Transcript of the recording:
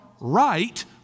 right